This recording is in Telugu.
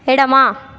ఎడమా